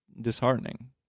disheartening